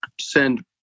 send